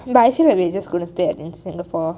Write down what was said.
but I feel like we're just gonna stay in singapore